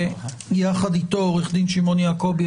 יחד אתו עו"ד שמעון יעקבי,